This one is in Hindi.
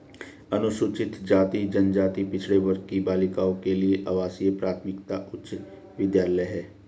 अनुसूचित जाति जनजाति पिछड़े वर्ग की बालिकाओं के लिए आवासीय प्राथमिक उच्च विद्यालय है